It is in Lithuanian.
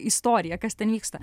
istoriją kas ten vyksta